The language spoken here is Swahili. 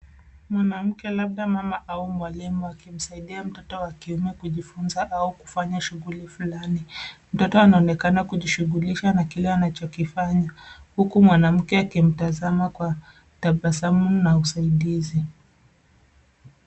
Mwanamke labda mama au mwalimu akimsaidia mtoto wa kiume kujifunza au kufanya shughuli fulani. Mtoto anaonekana kujishughulisha na kile anachokifanya. Huku mwanamke akimtazama kwa tabasamu na usaidizi.